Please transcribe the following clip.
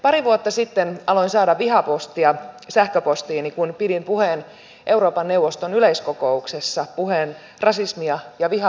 pari vuotta sitten aloin saada vihapostia sähköpostiini kun pidin euroopan neuvoston yleiskokouksessa puheen rasismia ja vihapuhetta vastaan